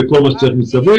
וכל מה שצריך מסביב.